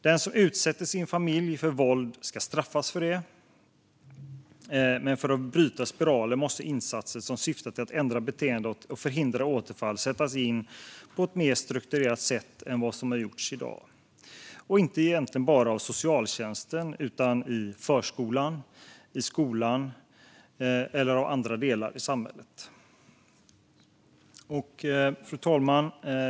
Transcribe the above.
Den som utsätter sin familj för våld ska straffas för det, men för att bryta våldsspiralen måste insatser som syftar till att ändra beteenden och förhindra återfall sättas in på ett mer strukturerat sätt än vad som görs i dag. Det ska inte göras bara av socialtjänsten utan även i förskolan, i skolan och i andra delar av samhället. Fru talman!